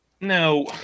no